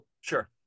Sure